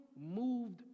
moved